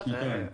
כמעט שנתיים.